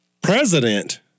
president